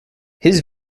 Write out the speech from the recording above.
his